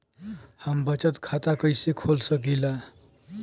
हम बचत खाता कईसे खोल सकिला?